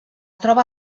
troba